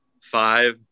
five